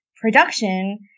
production